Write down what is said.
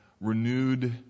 renewed